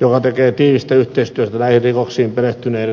joka tekee tiivistä yhteistyötä lähirikoksiin perehtyneiden avainsyyttäjien kanssa